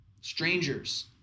Strangers